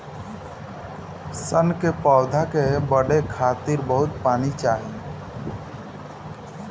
सन के पौधा के बढ़े खातिर बहुत पानी चाही